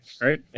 right